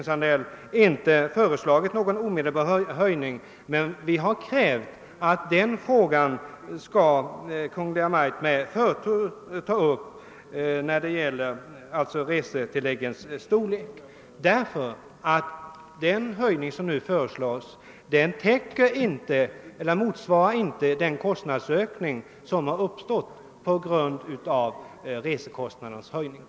Vi har i reservationen inte begärt någon omedelbar höjning, men vi har krävt att Kungl. Maj:t med förtur skall ta upp den frågan. Den höjning som nu föreslås motsvarar inte ökningen av resekostnaderna.